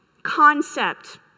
concept